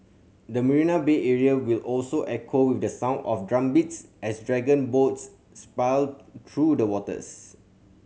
the Marina Bay area will also echo with the sound of drumbeats as dragon boats through the waters